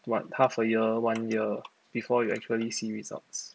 what half a year one year before you actually see results